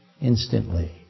instantly